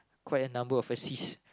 quite a number of assists